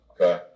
Okay